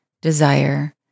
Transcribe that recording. desire